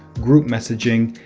group messaging,